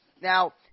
now